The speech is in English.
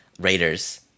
Raiders